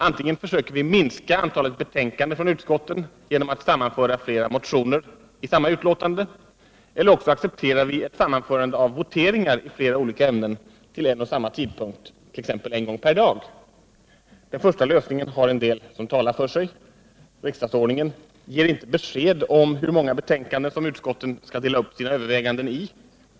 Antingen försöker vi minska antalet betänkanden från utskotten genom att sammanföra flera motioner i samma betänkande, eller också accepterar vi ett sammanförande av voteringar i flera olika ämnen till en och samma tidpunkt, 1. ex. en gång per dag. Den första lösningen har en del som talar för sig. Riksdagsordningen ger inte besked om hur många betänkanden som utskotten skall dela upp sina överväganden i.